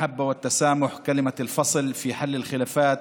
האהבה והסובלנות הן המילים העושות את ההבדל בפתרון המחלוקות